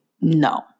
No